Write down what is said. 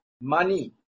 money